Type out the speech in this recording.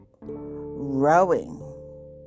rowing